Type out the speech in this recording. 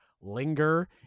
linger